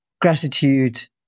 gratitude